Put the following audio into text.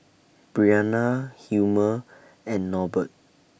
Briana Hilmer and Norbert